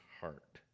heart